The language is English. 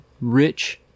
rich